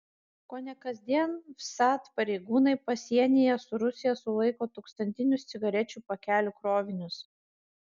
kone kasdien vsat pareigūnai pasienyje su rusija sulaiko tūkstantinius cigarečių pakelių krovinius